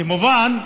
כמובן,